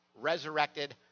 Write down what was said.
resurrected